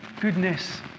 goodness